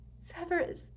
Severus